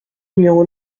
numéro